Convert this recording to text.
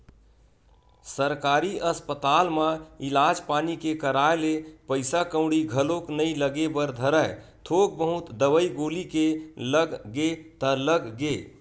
सरकारी अस्पताल म इलाज पानी के कराए ले पइसा कउड़ी घलोक नइ लगे बर धरय थोक बहुत दवई गोली के लग गे ता लग गे